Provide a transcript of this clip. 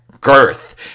girth